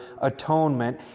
atonement